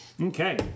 Okay